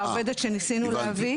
העובדת שניסינו להביא.